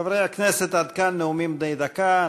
חברי הכנסת, עד כאן נאומים בני דקה.